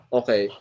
okay